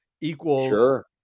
equals